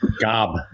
Gob